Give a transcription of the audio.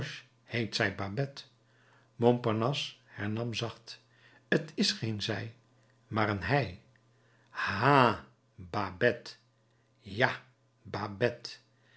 babet montparnasse hernam zacht t is geen zij maar een hij ha babet ja